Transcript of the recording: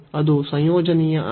ಅದು ಸಂಯೋಜನೀಯ ಆಸ್ತಿ